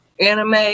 Anime